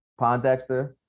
Pondexter